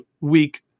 week